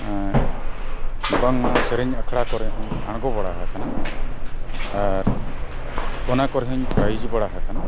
ᱵᱟᱝᱢᱟ ᱥᱮᱨᱮᱧ ᱟᱠᱷᱲᱟ ᱠᱚᱨᱮ ᱦᱚᱧ ᱟᱬᱜᱚ ᱵᱟᱲᱟ ᱟᱠᱟᱱᱟ ᱟᱨ ᱚᱱᱟ ᱠᱚᱨᱮ ᱦᱚᱧ ᱯᱨᱟᱭᱤᱡᱽ ᱵᱟᱲᱟ ᱟᱠᱟᱱᱟ